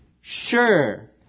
Sure